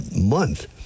month